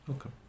Okay